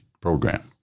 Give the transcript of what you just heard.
program